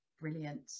brilliant